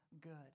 good